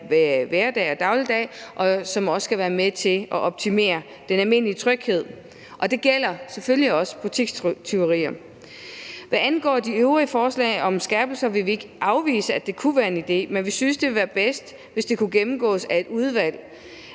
hverdag og dagligdag, og som også skal være med til at styrke den almindelige tryghed – og det gælder selvfølgelig også i forhold til butikstyverier. Hvad angår de øvrige forslag om skærpelser, vil vi ikke afvise, at det kunne være en idé, men vi synes, at det ville være bedst, hvis det kunne blive gennemgået af et udvalg,